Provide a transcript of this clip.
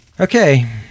Okay